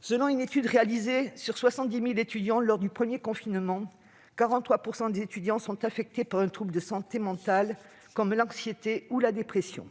Selon une étude réalisée auprès de 70 000 étudiants lors du premier confinement, 43 % des étudiants sont affectés par un trouble de santé mentale comme l'anxiété ou la dépression.